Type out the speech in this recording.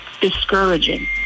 discouraging